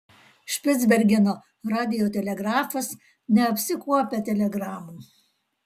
špicbergeno radiotelegrafas neapsikuopia telegramų